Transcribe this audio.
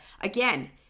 again